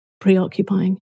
preoccupying